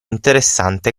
interessante